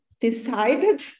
decided